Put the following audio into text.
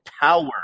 power